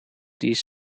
these